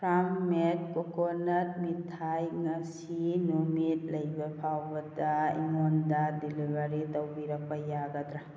farm made coconut ꯃꯤꯊꯥꯏ ꯉꯁꯤ ꯅꯨꯃꯤꯠ ꯂꯩꯕ ꯐꯥꯎꯕꯗ ꯑꯩꯉꯣꯟꯗ ꯗꯦꯂꯤꯕꯔꯤ ꯇꯧꯕꯤꯔꯛꯄ ꯌꯥꯒꯗ꯭ꯔꯥ